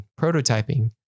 prototyping